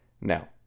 Now